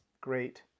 great